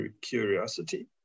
curiosity